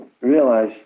realize